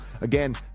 Again